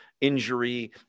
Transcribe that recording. injury